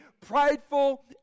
prideful